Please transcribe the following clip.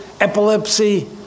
epilepsy